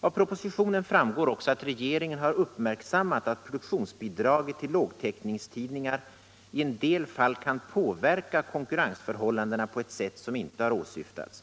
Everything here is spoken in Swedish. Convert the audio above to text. Av propositionen framgår också att regeringen har uppmärksammat att produktionsbidraget till lågtäckningstidningar i en del fall kan påverka konkurrensförhållandena på ett sätt som inte har åsyftats.